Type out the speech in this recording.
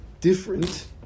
different